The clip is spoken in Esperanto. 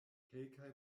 kelkaj